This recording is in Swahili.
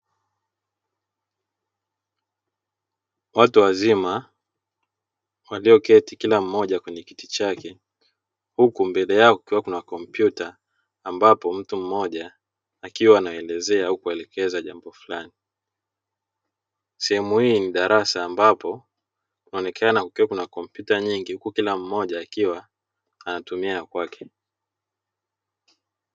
Watu wazima walioketi kila mmoja kwenye kiti chake huku mbele yao kukiwa kuna kompyuta ambapo mtu mmoja akiwa anaelezea au kuelekeza jambo fulani. Sehemu hii ni darasa ambapo kunaonekana kukiwa kuna kompyuta nyingi huku kila mmoja akiwa anatumia ya kwake.